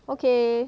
okay